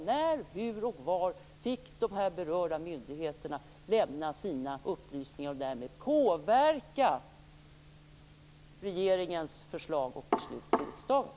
När, hur och var fick de berörda myndigheterna lämna sina upplysningar och därmed påverka regeringens förslag och beslutet i riksdagen?